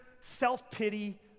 self-pity